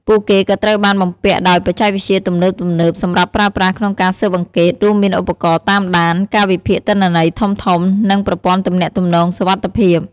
ពួកគេក៏ត្រូវបានបំពាក់ដោយបច្ចេកវិទ្យាទំនើបៗ សម្រាប់ប្រើប្រាស់ក្នុងការស៊ើបអង្កេត រួមមានឧបករណ៍តាមដាន ការវិភាគទិន្នន័យធំៗ និងប្រព័ន្ធទំនាក់ទំនងសុវត្ថិភាព។